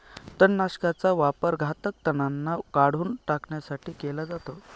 तणनाशकाचा वापर घातक तणांना काढून टाकण्यासाठी केला जातो